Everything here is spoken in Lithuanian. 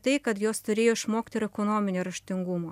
tai kad jos turėjo išmokti ir ekonominio raštingumo